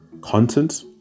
content